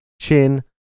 Chin